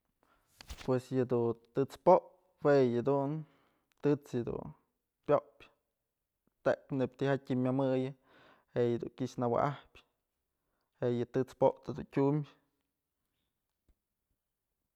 Pues yëdun tët's potë jue yëdun tët's yëdun pyopyë tek neyb ji'ib tijatyë ji'ib myëmëyën je'e yëdun kyëx nëwa'ajpyë je'e yë tët's potë dun tyumbë.